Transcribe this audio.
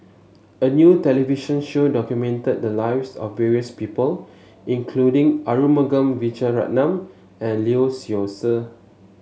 a new television show documented the lives of various people including Arumugam Vijiaratnam and Lee Seow Ser